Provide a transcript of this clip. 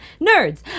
Nerds